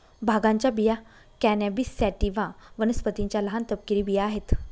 भांगाच्या बिया cannabis sativa वनस्पतीच्या लहान, तपकिरी बिया आहेत